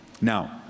Now